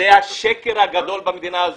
זה השקר הגדול במדינה הזו.